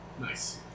Nice